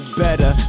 better